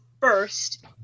first